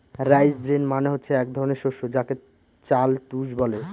rice bran মানে হচ্ছে এক ধরনের শস্য যাকে চাল তুষ বলে